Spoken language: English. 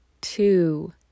two